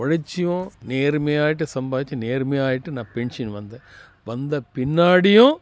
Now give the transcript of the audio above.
உழைச்சியும் நேர்மையாய்ட்டு சம்பார்ச்சு நேர்மையாய்ட்டு நான் பென்ஷன் வந்தேன் வந்த பின்னாடியும்